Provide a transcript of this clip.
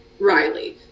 Riley